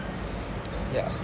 ya